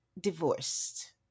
divorced